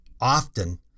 often